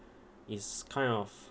is kind of